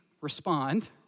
respond